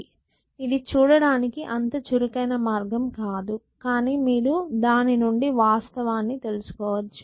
ఇది చూడటానికి అంత చురుకైన మార్గం కాదు కానీ మీరు దాని నుండి వాస్తవాన్ని తెలుసుకోవచ్చు